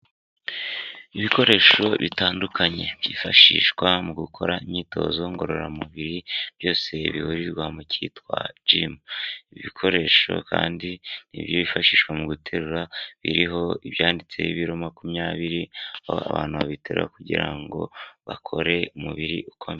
Ibikoresho bitandukanye byifashishwa mu gukora imyitozo ngororamubiri byose bihurizwa mu cyitwa gimu. Ibi bikoresho kandi ni ibyifashishwa mu guterura biriho ibyanditsweho ibiro makumyabiri abantu babitera kugira ngo bakore umubiri ukomeye.